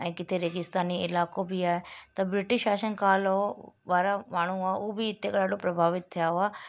ऐं रेगिस्तानी इलाइक़ो बि आहे त ब्रिटिश शासन कालो वारा माण्हू उहा हू बि हिते ॾाढो प्रभावित थिया हुआ